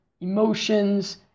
emotions